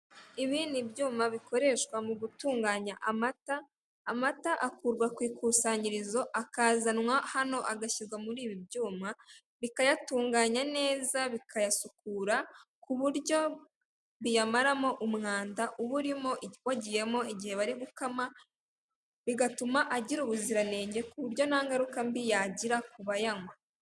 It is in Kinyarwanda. Ibi ni ibyuma bikoreshwa mu gutunganya amata, amata akurwa ku ikusanyirizo akazanwa hano agashyirwa muri ibi byuma, bikayatunganya neza, bikayasukura ku buryo biyamaramo umwanda uba urimo, wagiyemo igihe bari gukama, bigatuma agira ubuziranenge ku buryo nta ngaruka mbi yagira ku bayanywa.